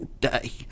day